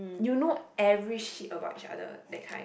you know every shit about each other that kind